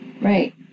right